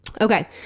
okay